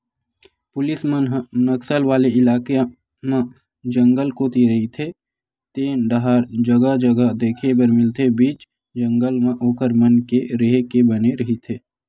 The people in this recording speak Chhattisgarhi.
पुलिस मन ह नक्सल वाले इलाका म जंगल कोती रहिते तेन डाहर जगा जगा देखे बर मिलथे बीच जंगल म ओखर मन के रेहे के बने रहिथे